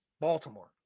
Baltimore